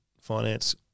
finance